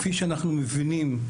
כפי שאנחנו מבינים,